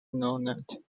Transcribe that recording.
night